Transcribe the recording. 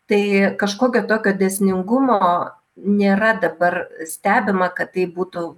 tai kažkokio tokio dėsningumo nėra dabar stebima kad tai būtų